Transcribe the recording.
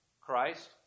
Christ